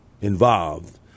involved